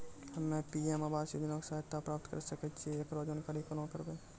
हम्मे पी.एम आवास योजना के सहायता प्राप्त करें सकय छियै, एकरो जानकारी केना करबै?